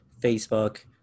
Facebook